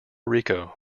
rico